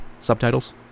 subtitles